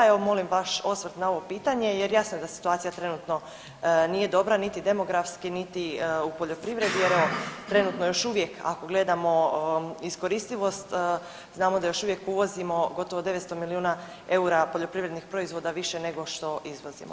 Evo molim vaš osvrt na ovo pitanje jer jasno da situacija trenutno nije dobra niti demografski, niti u poljoprivredni jer evo trenutno još uvijek ako gledamo iskoristivost znamo da još uvijek uvozimo gotovo 900 milijuna EUR-a poljoprivrednih proizvoda više nego što izvozimo.